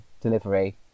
delivery